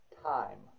Time